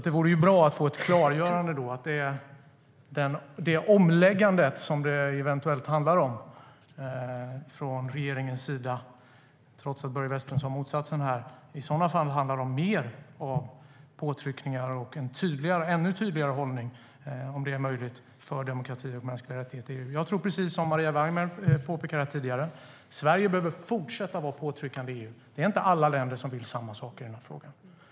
Det vore bra att få ett klargörande av om den omläggning som det eventuellt handlar om från regeringens sida - trots att Börje Vestlund sa motsatsen - i sådana fall handlar om mer av påtryckningar och, om det är möjligt, en ännu tydligare hållning för demokrati och mänskliga rättigheter. Jag tror precis som Maria Weimer påpekade tidigare att Sverige behöver fortsätta att vara påtryckande i EU. Det är inte alla länder som vill samma sak i den här frågan.